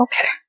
Okay